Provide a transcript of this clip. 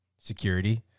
security